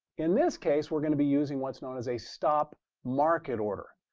in this case, we're going to be using what's known as a stop market order.